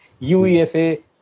UEFA